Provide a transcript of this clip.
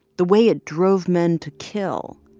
the way it drove men to kill.